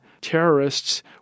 terrorists